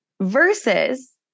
versus